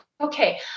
okay